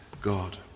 God